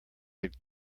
had